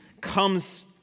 comes